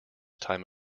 time